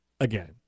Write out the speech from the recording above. again